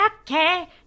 Okay